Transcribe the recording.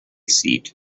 seat